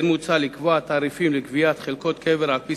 כן מוצע לקבוע תעריפים לחלקות קבר על-פי